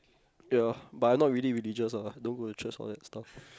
ya but I not really religious ah don't go to church all that stuff